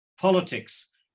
politics